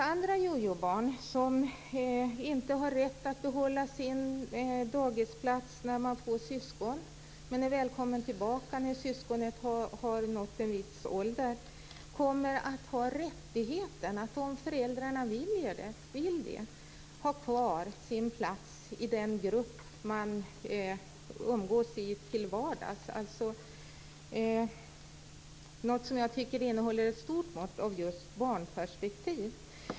Andra jojo-barn, som inte har rätt att behålla sin dagisplats när de får syskon, men är välkomna tillbaka när syskonet har nått en viss ålder, kommer att ha rättigheten, om föräldrarna vill det, att ha kvar sin plats i den grupp de umgås i till vardags. Det är något som jag tycker innehåller ett stort mått av just barnperspektiv.